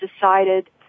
decided